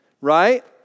right